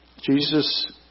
Jesus